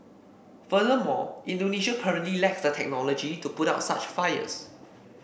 furthermore Indonesia currently lacks the technology to put out such fires